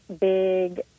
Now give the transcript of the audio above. big